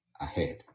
ahead